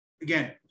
again